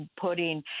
putting